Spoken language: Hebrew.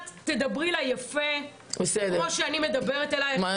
את תדברי אליי יפה כמו שאני מדברת אלייך יפה --- בסדר,